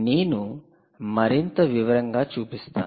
నేను మరింత వివరంగా చూపిస్తాను